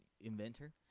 inventor